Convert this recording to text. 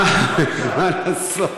מה לעשות, מה לעשות.